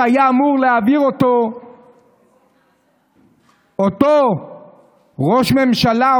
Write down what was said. שהיו אמורים להעביר אותו אותו ראש ממשלה,